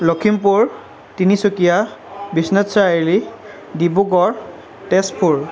Lakhimpur Tinsukia Biswanath Chariali Dibrugarh Tezpur